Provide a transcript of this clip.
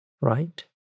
Right